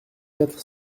quatre